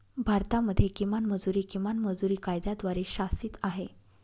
भारतामध्ये किमान मजुरी, किमान मजुरी कायद्याद्वारे शासित आहे